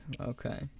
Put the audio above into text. okay